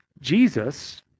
Jesus